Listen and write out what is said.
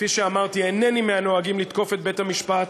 כפי שאמרתי, אינני מהנוהגים לתקוף את בית-המשפט.